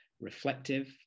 reflective